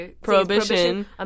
prohibition